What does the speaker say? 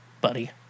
buddy